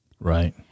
Right